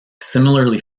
similarly